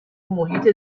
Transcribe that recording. محیط